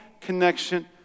connection